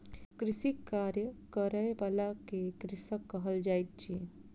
कृषिक कार्य करय बला के कृषक कहल जाइत अछि